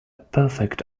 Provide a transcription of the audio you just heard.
perfect